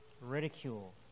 ridicule